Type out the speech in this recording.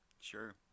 sure